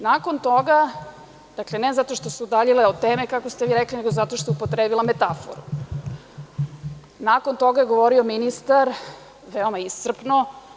Nakon toga, dakle, ne zato što se udaljila od teme, kako ste vi rekli, nego zato što je upotrebila metaforu, nakon toga je govorio ministar, veoma iscrpno.